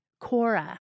Cora